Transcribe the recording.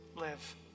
live